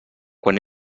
quan